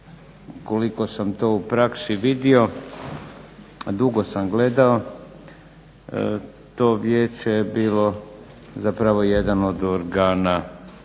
koliko sam to u praksi vidio, a dugo sam gledao to vijeće je bilo zapravo jedan od organa